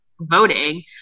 voting